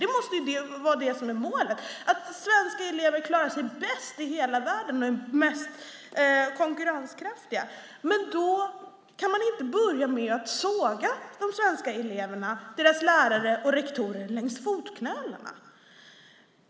Det som måste vara målet är väl att svenska elever klarar sig bäst i världen och är mest konkurrenskraftiga. Men då kan man inte börja med att såga de svenska eleverna, deras lärare och rektorer längs fotknölarna.